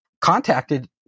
contacted